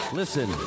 listen